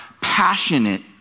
passionate